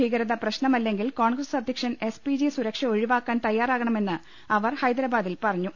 ഭീകരത പ്രശ്നമല്ലെങ്കിൽ കോൺഗ്രസ് അധ്യക്ഷൻ എസ് പി ജി സുരക്ഷ ഒഴിവാക്കാൻ തയ്യാറാകണമെന്ന് അവർ ഹൈദ്രബാദിൽ പറഞ്ഞു